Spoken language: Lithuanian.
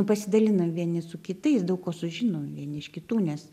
pasidalinam vieni su kitais daug ko sužinom vieni iš kitų nes